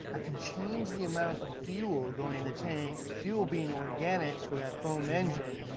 i can change the amount of fuel going in the tank, fuel being organics for that foam engine,